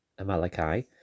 Amalekai